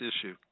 issue